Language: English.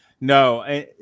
No